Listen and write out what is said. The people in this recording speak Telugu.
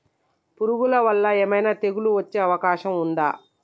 పురుగుల వల్ల ఏమైనా తెగులు వచ్చే అవకాశం ఉందా?